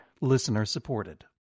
listener-supported